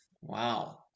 Wow